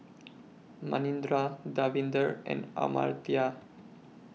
Manindra Davinder and Amartya